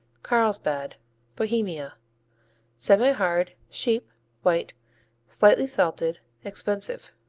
carlsbad bohemia semihard sheep white slightly salted expensive.